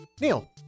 Neil